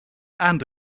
and